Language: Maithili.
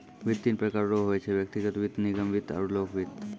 वित्त तीन प्रकार रो होय छै व्यक्तिगत वित्त निगम वित्त आरु लोक वित्त